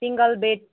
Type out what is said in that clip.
single bed